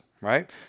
right